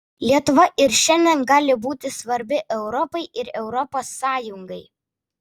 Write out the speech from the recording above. lietuva ir šiandien gali būti svarbi europai ir europos sąjungai